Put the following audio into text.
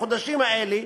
בחודשים האלה,